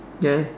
ya